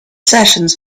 sessions